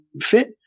fit